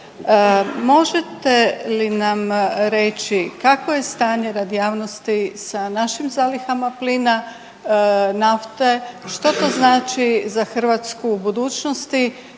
Možete li nam reći kakvo je stanje radi javnosti sa našim zalihama plina, nafte, što to znači za Hrvatsku u budućnosti